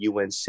UNC